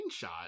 screenshot